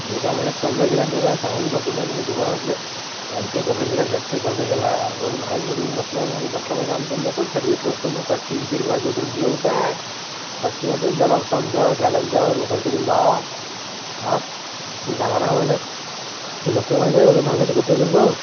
एका महहिन्यात कल्लं गेला ना त्याचा कामाचे कपडे नाही तुम्ही दुकानातले पॅंटचाही कल्लं गेला शर्टचाही कल्लं गेला एवढे महागाचे कपडे घेऊन म्हटलं मग मतलब आहे का आम्ही तर लोकल शर्ट घेतलं असतं मग पा तीनशे रुपयाचं दोनशे रुपयाची पॅंट पाचशे रुपयात ड्रेस झाला असता आमचा कायला आम्ही चार हजार रुपये खर्च केला भावा आं तुम्ही सांगा ना आम्हाला की मतलब आहे का एवढे महागाचे कपडे घेऊन मग